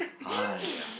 !aiya!